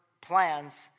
plans